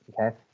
okay